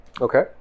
Okay